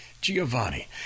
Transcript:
Giovanni